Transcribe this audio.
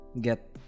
get